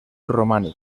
romànic